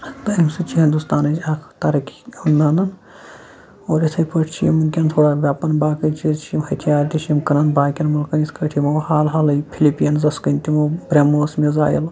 تہٕ اَمہِ سۭتۍ چھِ ہنٛدوستانٕچ اَکھ تَرقی ننان اور یِتھٔے پٲٹھۍ چھِ یِم وُنٛکیٚن تھوڑا ویٚپٕن باقٕے چیٖز چھِ یِم ہتھیار تہِ چھِ یِم کٕنان باقیَن ملکَن یِتھ کٲٹھۍ یِمو حال حالٕے فِلِپینزَس کٕنۍ تِمو برٛیٚموس میٖزایِل